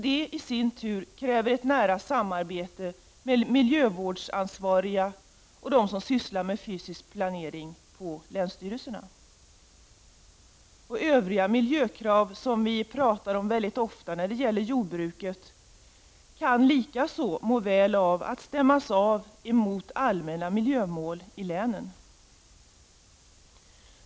Detta i sin tur kräver ett nära samarbete med de miljövårdsansvariga i länet och med dem som arbetar med fysisk planering på länsstyrelserna. Övriga miljökrav som vi talar mycket ofta om när det gäller jordbruket kan likaså må väl av att stämmas av mot allmänna miljömål i länen.